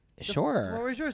Sure